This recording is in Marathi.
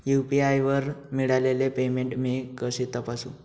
यू.पी.आय वर मिळालेले पेमेंट मी कसे तपासू?